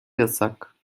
yasak